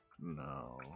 No